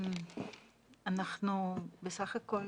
אנחנו בסך הכול